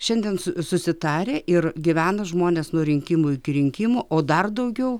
šiandien su susitarę ir gyvena žmonės nuo rinkimų iki rinkimų o dar daugiau